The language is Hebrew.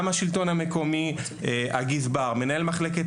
מטעם השלטון המקומי נמצאים הגזבר ומנהל מחלקת